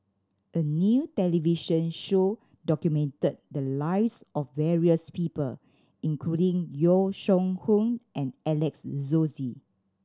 a new television show documented the lives of various people including Yong Shu Hoong and Alex Josey